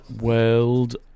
World